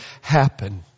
happen